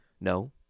no